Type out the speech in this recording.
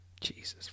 Jesus